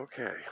Okay